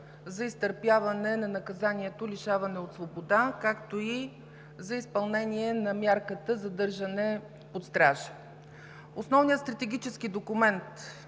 за изтърпяване на наказанието лишаване от свобода, както и за изпълнение на мярката „задържане под стража“. Основният стратегически документ,